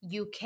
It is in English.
UK